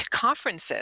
conferences